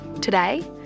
Today